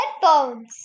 headphones